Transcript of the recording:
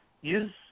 use